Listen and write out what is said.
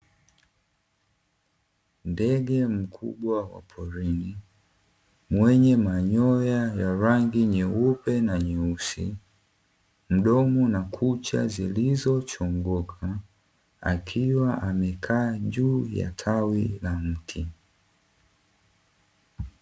Ndege mkubwa wa porini mwenye manyoya ya rangi nyeupe na nyeusi, mdomo na kucha zilizochongoka, akiwa amekaa juu ya tawi la mti.